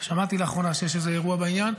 שמעתי לאחרונה שיש איזה אירוע בעניין,